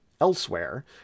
elsewhere